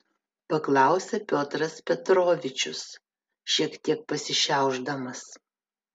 paklausė piotras petrovičius šiek tiek pasišiaušdamas